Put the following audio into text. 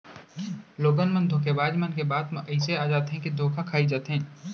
लोगन मन धोखेबाज मन के बात म अइसे आ जाथे के धोखा खाई जाथे